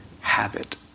habit